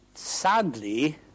Sadly